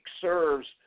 serves